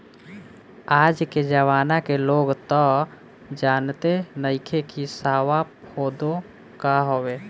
आज के जमाना के लोग तअ जानते नइखे की सावा कोदो का हवे